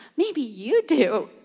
maybe you do,